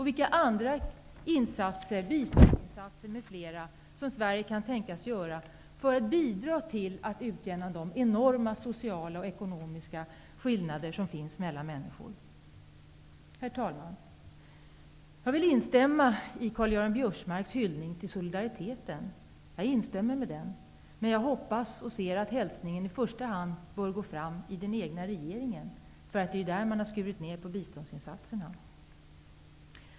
Vilka andra insatser såsom bistånd m.m. kan Sverige tänkas göra för att bidra till att utjämna de enorma sociala och ekonomiska skillnader som finns mellan människor? Herr talman! Jag vill instämma i Karl-Göran Biörsmarks hyllning till solidariteten. Men jag hoppas och ser att hälsningen i första hand går fram till den egna regeringen, eftersom det är regeringen som har skurit ned biståndsinsatserna.